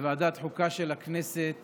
בוועדת החוקה של הכנסת